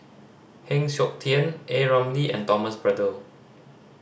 Heng Siok Tian A Ramli and Thomas Braddell